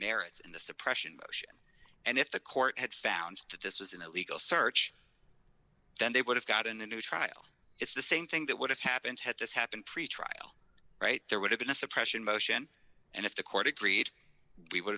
merits in the suppression motion and if the court had found that this was an illegal search then they would have gotten a new trial it's the same thing that would have happened had this happened pretrial right there would have been a suppression motion and if the court agreed we would